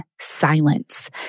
silence